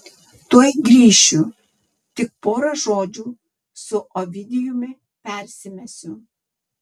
tuoj grįšiu tik pora žodžių su ovidijumi persimesiu